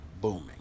booming